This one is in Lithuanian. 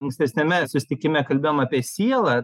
ankstesniame susitikime kalbėjom apie sielą